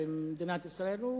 במדינת ישראל,